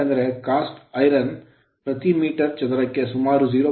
ಏಕೆಂದರೆ cast iron ಎರಕಹೊಯ್ದ ಕಬ್ಬಿಣವು ಪ್ರತಿ ಮೀಟರ್ ಚದರಕ್ಕೆ ಸುಮಾರು 0